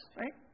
right